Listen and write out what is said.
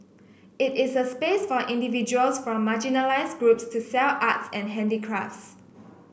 it is a space for individuals from marginalised groups to sell arts and handicrafts